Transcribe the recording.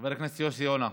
חבר הכנסת יוסי יונה.